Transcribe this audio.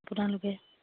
আপোনালোকে